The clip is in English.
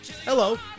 Hello